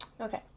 Okay